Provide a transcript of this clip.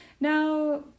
Now